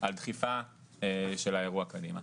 על דחיפה של האירוע קדימה.